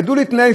ידעו להתנהל,